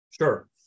Sure